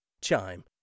Chime